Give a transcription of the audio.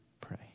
pray